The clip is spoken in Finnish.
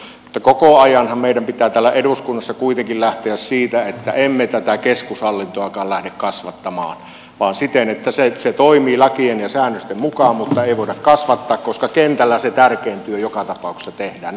se on ihan oikein mutta koko ajanhan meidän pitää täällä eduskunnassa kuitenkin lähteä siitä että emme tätä keskushallintoakaan lähde kasvattamaan vaan että se toimii lakien ja säännösten mukaan mutta sitä ei voida kasvattaa koska kentällä se tärkein työ joka tapauksessa tehdään